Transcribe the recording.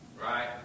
Right